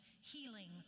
healing